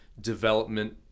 development